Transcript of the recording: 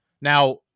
Now